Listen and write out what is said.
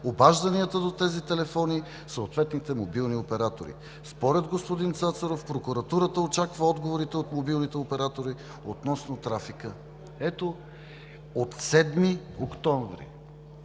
обажданията до телефоните на съответните мобилни оператори. Според господин Цацаров прокуратурата очаква отговорите от мобилните оператори относно трафика. От 7 октомври!